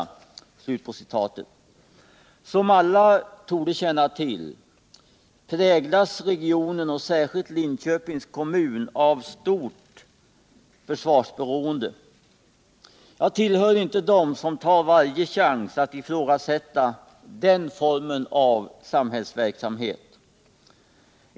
Som alla känner till präglas regionen och särskilt Linköpings kommun av ett stort försvarsberoende. Jag tillhör inte dem som tar varje chans att ifrågasätta den formen av samhällsverksamhet.